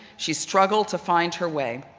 she struggled to find her way.